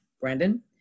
Brandon